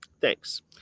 thanks